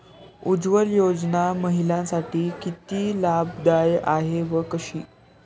उज्ज्वला योजना महिलांसाठी किती लाभदायी आहे व कशी?